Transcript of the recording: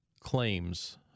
claims